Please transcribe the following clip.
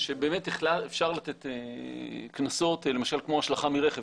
שבאמת אפשר לתת קנסות, למשל כמו השלכה מרכב.